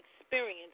experience